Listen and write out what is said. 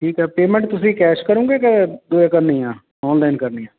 ਠੀਕ ਏ ਪੇਮੈਂਟ ਤੁਸੀਂ ਕੈਸ਼ ਕਰੋਂਗੇ ਕੇ ਕਰਨੀ ਆ ਔਨਲਾਈਨ ਕਰਨੀ ਆ